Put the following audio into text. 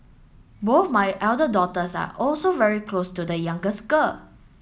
both my elder daughters are also very close to the youngest girl